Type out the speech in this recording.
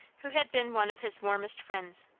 who had been one of his warmest friends.